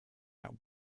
out